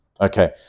Okay